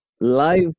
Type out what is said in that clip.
live